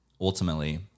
ultimately